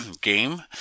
game